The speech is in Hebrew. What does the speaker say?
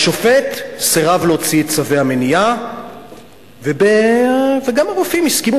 השופט סירב להוציא את צווי המניעה וגם הרופאים הסכימו,